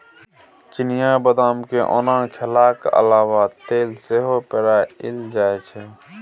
चिनियाँ बदाम केँ ओना खेलाक अलाबा तेल सेहो पेराएल जाइ छै